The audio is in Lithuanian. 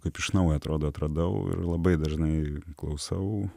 kaip iš naujo atrodo atradau ir labai dažnai klausau